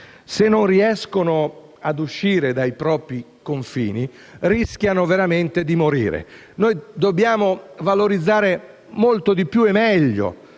se non riescono ad uscire dai propri confini, rischiano veramente di morire. Noi dobbiamo valorizzare molto di più e meglio